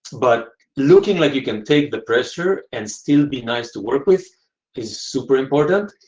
but looking like you can take the pressure and still be nice to work with is super important.